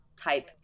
type